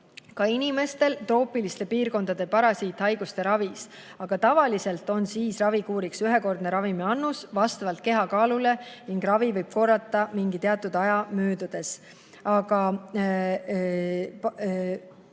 ka inimestel troopiliste piirkondade parasiithaiguste ravis, aga tavaliselt on siis ravikuuriks ühekordne ravimiannus vastavalt kehakaalule ning ravi võib korrata mingi teatud aja möödudes.